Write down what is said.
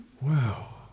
Wow